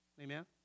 Amen